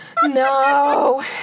No